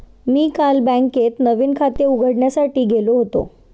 मी काल बँकेत नवीन खाते उघडण्यासाठी गेलो होतो